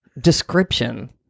Description